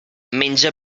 menja